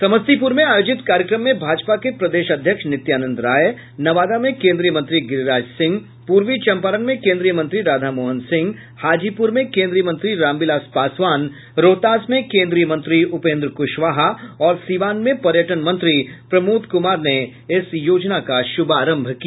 समस्तीपुर में आयोजित कार्यक्रम में भाजपा के प्रदेश अध्यक्ष नित्यानंद राय नवादा में केन्द्रीय मंत्री गिरिराज सिंह पूर्वी चम्पारण में केन्द्रीय मंत्री राधामोहन सिंह हाजीपुर में केन्द्रीय मंत्री रामविलास पासवान रोहतास में केन्द्रीय मंत्री उपेन्द्र कुशवाहा और सीवान में पर्यटन मंत्री प्रमोद कुमार ने इस योजना का शुभारंभ किया